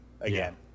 again